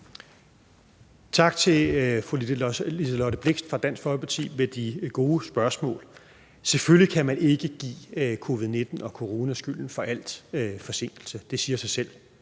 Tak til fru Liselott Blixt fra Dansk Folkeparti for de gode spørgsmål. Selvfølgelig kan man ikke give covid-19 og corona skylden for al forsinkelse. Det siger sig selv.